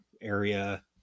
area